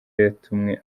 yatumye